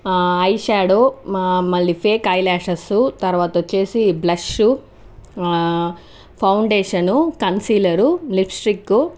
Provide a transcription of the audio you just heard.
I shadow మళ్ళీ fake eye lashes తరువాత వచ్చేసి బ్లష్షు పౌండేషను కన్సీలరు లిప్స్టికు